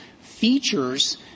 features